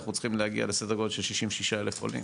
אנחנו צריכים להגיע לסדר גודל של 66,000 עולים,